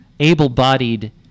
able-bodied